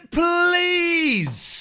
please